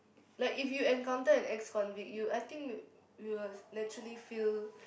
like if you encounter an ex convict you I think we will naturally feel